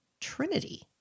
Trinity